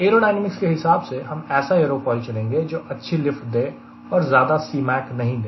aerodynamics के हिसाब से हम ऐसा एयरोफॉयल चुनेंगे जो अच्छी लिफ्ट दे और ज्यादा Cmac नहीं दे